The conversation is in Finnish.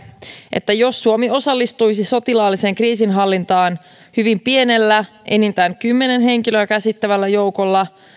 että jos suomi osallistuisi sotilaalliseen kriisinhallintaan hyvin pienellä enintään kymmenen henkilöä käsittävällä joukolla